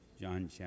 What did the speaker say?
John